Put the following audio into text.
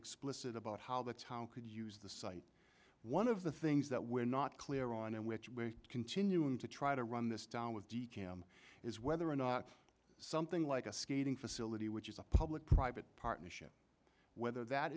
explicit about how the town could use the site one of the things that we're not clear on and which we're continuing to try to run this down with de kim is whether or not something like a skating facility which is a public private partnership whether that